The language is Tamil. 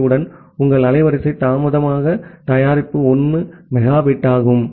டி உடன் உங்கள் அலைவரிசை தாமத தயாரிப்பு 1 மெகாபிட் ஆகும்